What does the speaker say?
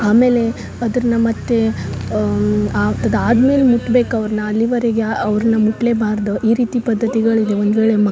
ಆಮೇಲೆ ಅದರ್ನ ಮತ್ತು ಆಗ್ತದ ಆದ್ಮೇಲೆ ಮುಟ್ಬೇಕು ಅವ್ರ್ನ ಅಲ್ಲಿವರೆಗೆ ಅವ್ರ್ನ ಮುಟ್ಲೇಬಾರ್ದು ಈ ರೀತಿ ಪದ್ಧತಿಗಳಿಗೆ ಒಂದು ವೇಳೆ ಮಕ್